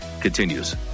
continues